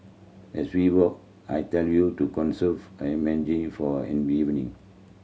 as we walk I tell you to conserve a for a evening